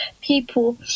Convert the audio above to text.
people